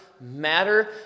matter